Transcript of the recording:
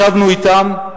ישבנו אתם,